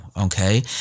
Okay